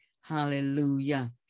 Hallelujah